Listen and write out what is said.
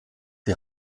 die